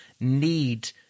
need